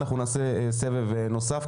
אנחנו נעשה סבב נוסף,